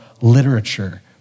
literature